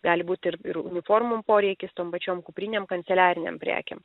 gali būt ir ir uniformom poreikis tom pačiom kuprinėm kanceliarinėm prekėm